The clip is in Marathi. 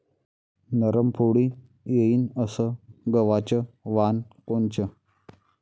नरम पोळी येईन अस गवाचं वान कोनचं?